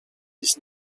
his